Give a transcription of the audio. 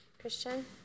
Christian